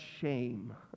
shame